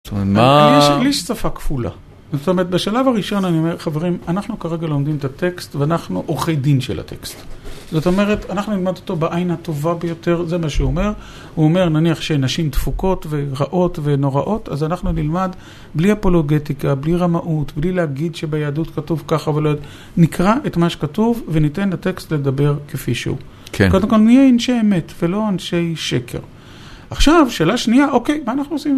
יש לי שפה כפולה, זאת אומרת בשלב הראשון אני אומר חברים אנחנו כרגע לומדים את הטקסט ואנחנו עורכי דין של הטקסט זאת אומרת אנחנו נלמד אותו בעין הטובה ביותר זה מה שהוא אומר, הוא אומר נניח שנשים דפוקות ורעות ונוראות אז אנחנו נלמד בלי אפולוגטיקה, בלי רמאות, בלי להגיד שביהדות כתוב ככה ולא יודע נקרא את מה שכתוב וניתן לטקסט לדבר כפי שהוא, קודם כל נהיה אנשי אמת ולא אנשי שקר. עכשיו שאלה שנייה, אוקיי מה אנחנו עושים